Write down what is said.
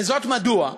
וזאת מדוע,